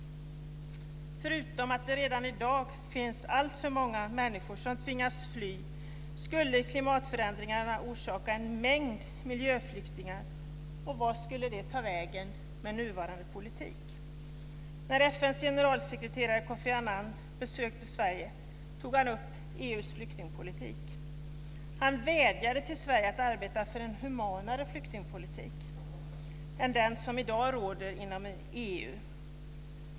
Förutom att det redan i dag finns alltför många människor som tvingas fly skulle klimatförändringarna orsaka en mängd miljöflyktingar. Och vart skulle de ta vägen med nuvarande politik? Sverige tog han upp EU:s flyktingpolitik. Han vädjade till Sverige att arbeta för en humanare flyktingpolitik än den som i dag råder inom EU.